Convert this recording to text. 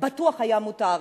ובטוח היה מותר.